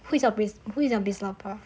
who is your biz law prof